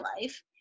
life